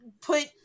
put